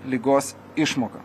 ligos išmoką